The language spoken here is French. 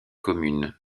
commune